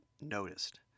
noticed